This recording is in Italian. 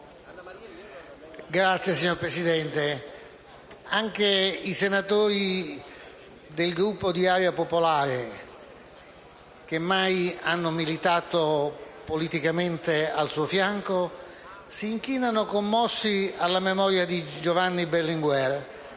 Signor Presidente, anche i senatori del Gruppo di Area Popolare, che mai hanno militato politicamente al suo fianco, si inchinano commossi alla memoria di Giovanni Berlinguer e